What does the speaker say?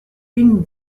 une